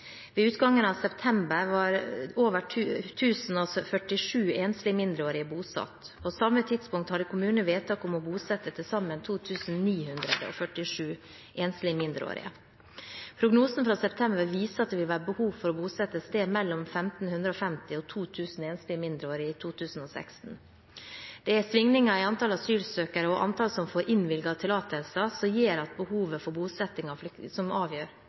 Ved utgangen av september var 1 047 enslige mindreårige bosatt. På samme tidspunkt hadde kommunene vedtak om å bosette til sammen 2 947 enslige mindreårige. Prognosen fra september viser at det vil være behov for å bosette et sted mellom 1 550 og 2 000 enslige mindreårige i 2016. Det er svingninger i antallet asylsøkere og antallet som får innvilget tillatelse, som avgjør behovet for bosetting av flyktninger i kommunene. Å ha et mottaks- og bosettingssystem som